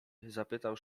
zapytał